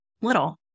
little